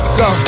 go